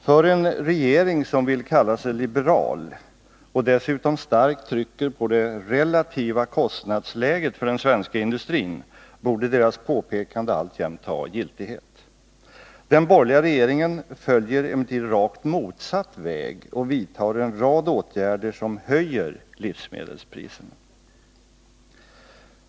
För en regering som vill kalla sig liberal och som dessutom starkt trycker på det relativa kostnadsläget för den svenska industrin borde deras påpekande alltjämt ha giltighet. Den borgerliga regeringen följer emellertid rakt motsatt väg och vidtar en rad åtgärder som höjer livsmedelspriserna.